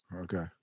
Okay